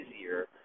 easier